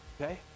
okay